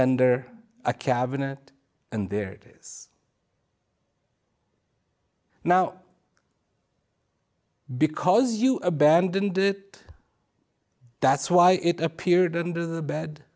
under a cabinet and there it is now because you abandoned it that's why it appeared in the bed